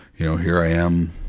you know, here i am,